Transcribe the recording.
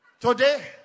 today